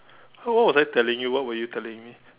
what what was I telling you what were you telling me